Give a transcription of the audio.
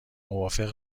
موافق